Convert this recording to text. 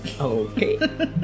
Okay